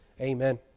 Amen